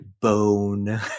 bone